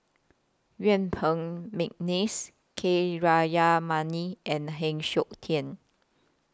Yuen Peng Mcneice K and Heng Siok Tian